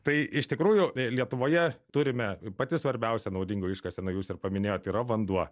tai iš tikrųjų lietuvoje turime pati svarbiausia naudingųjų iškasenų jūs ir paminėjot yra vanduo